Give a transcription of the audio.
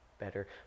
better